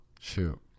Shoot